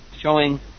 showing